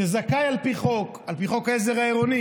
שזכאי על פי חוק, על פי חוק העזר העירוני